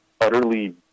utterly